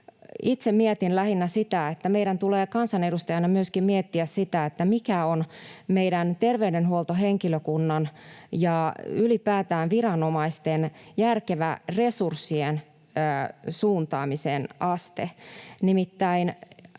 itse mietin lähinnä sitä, että meidän tulee kansanedustajina myöskin miettiä sitä, mikä on meidän terveydenhuoltohenkilökunnan ja ylipäätään viranomaisten järkevä resurssien suuntaamisen aste.